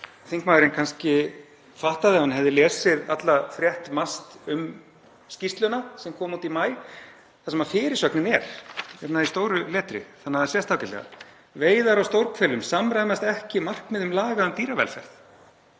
þingmaðurinn kannski fattað ef hann hefði lesið alla frétt MAST um skýrsluna sem kom út í maí þar sem fyrirsögnin er hérna í stóru letri þannig að það sést ágætlega: Veiðar á stórhvelum samræmast ekki markmiðum laga um dýravelferð.